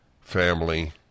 family